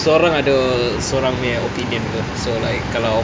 sorang ada sorang nya opinion [pe] so like kalau